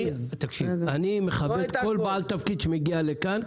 אני מכבד כל בעל תפקיד שמגיע לכאן.